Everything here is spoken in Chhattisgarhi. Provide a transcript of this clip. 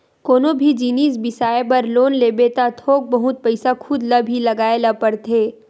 कोनो भी जिनिस बिसाए बर लोन लेबे त थोक बहुत पइसा खुद ल भी लगाए ल परथे